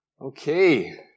Okay